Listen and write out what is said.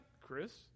Chris